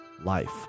life